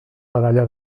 medalla